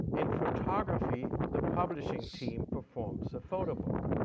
in photography the publishing team performs a photo book,